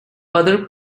other